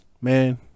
man